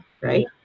right